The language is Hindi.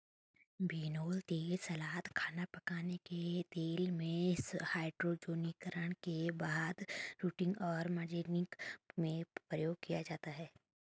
बिनौला तेल सलाद, खाना पकाने के तेल में, हाइड्रोजनीकरण के बाद शॉर्टनिंग और मार्जरीन में प्रयोग किया जाता है